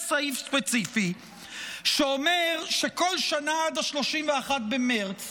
יש סעיף ספציפי שאומר שכל שנה עד 31 במרץ